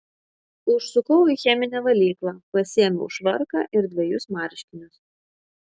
užsukau į cheminę valyklą pasiėmiau švarką ir dvejus marškinius